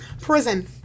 Prison